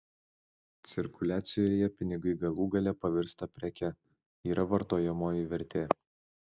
cirkuliacijoje pinigai galų gale pavirsta preke yra vartojamoji vertė